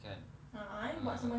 kan ah